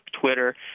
Twitter